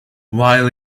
while